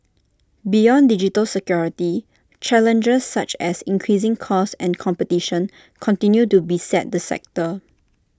beyond digital security challenges such as increasing costs and competition continue to beset the sector